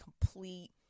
complete